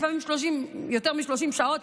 לפעמים יותר מ-30 שעות,